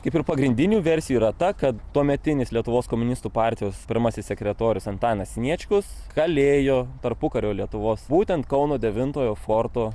kaip ir pagrindinių versijų yra ta kad tuometinis lietuvos komunistų partijos pirmasis sekretorius antanas sniečkus kalėjo tarpukario lietuvos būtent kauno devintojo forto